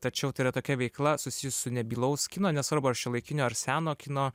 tačiau tai yra tokia veikla susijusi su nebylaus kino nesvarbu ar šiuolaikinio ar seno kino